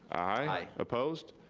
aye. opposed,